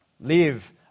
live